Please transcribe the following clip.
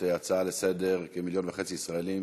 ההצעה לסדר-היום: כמיליון וחצי ישראלים